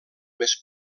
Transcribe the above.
més